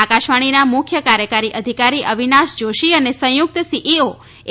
આકાશવાણીના મુખ્ય કાર્યકારી અધિકારી અવિનાશ જોશી અને સંયુક્ત સીઇઓ એ